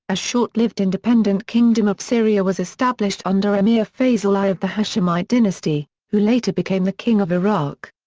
a short-lived independent kingdom of syria was established under emir faisal i of the hashemite dynasty, who later became the king of iraq.